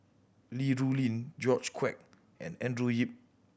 Li Rulin George Quek and Andrew Yip